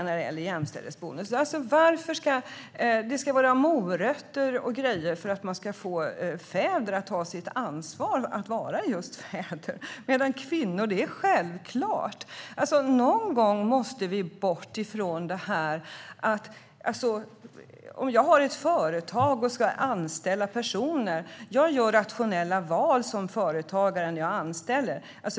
När det gäller jämställdhetsbonusen kan man också tycka: Varför ska det vara morötter och grejer för att man ska få fäder att ta sitt ansvar att vara just fäder medan det är självklart att kvinnor tar sitt ansvar? Någon gång måste vi bort från det. Om jag har ett företag och ska anställa personer gör jag rationella val som företagare när jag anställer.